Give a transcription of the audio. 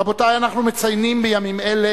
רבותי, אנחנו מציינים בימים אלה